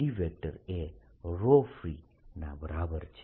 D એ free ના બરાબર છે